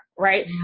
Right